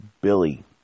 Billy